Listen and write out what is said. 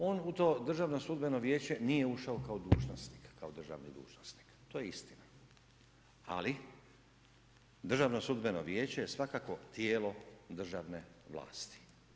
On u to državno sudbeno vijeće nije ušao kao dužnosnik, kao državni dužnosnik, to je istina ali Državno sudbeno vijeće je svakako tijelo državne vlasti.